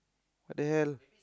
what the hell